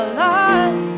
Alive